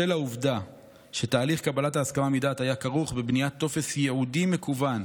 בשל העובדה שתהליך קבלת ההסכמה מדעת היה כרוך בבניית טופס ייעודי מקוון,